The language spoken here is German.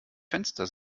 fenster